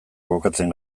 kokatzen